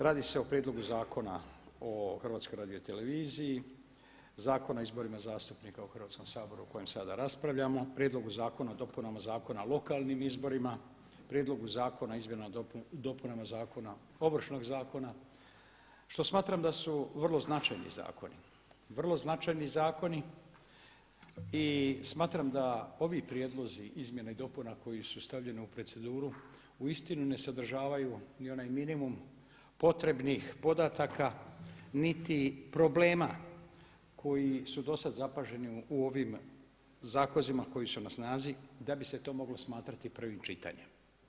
Radi se o prijedlogu Zakona o HRT-u, Zakona o izborima zastupnika u Hrvatskom saboru o kojem sada raspravljamo, prijedlogu zakona o dopunama Zakona o lokalnim izborima, prijedlogu zakona o dopunama Ovršnog zakona što smatram da su vrlo značajni zakoni i smatram da ovi prijedlozi izmjena i dopuna koji su stavljeni u proceduru uistinu ne sadržavaju ni onaj minimum potrebnih podataka niti problema koji su dosad zapaženi u ovim zakonima koji su na snazi da bi se to moglo smatrati prvim čitanjem.